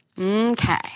Okay